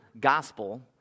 gospel